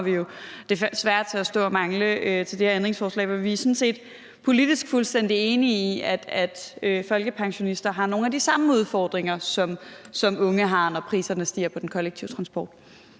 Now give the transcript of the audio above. jo desværre til at stå og mangle til det her ændringsforslag. Men vi er sådan set politisk fuldstændig enige i, at folkepensionister har nogle af de samme udfordringer, som unge har, når priserne stiger på den kollektive transport.